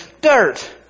dirt